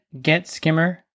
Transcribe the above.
getskimmer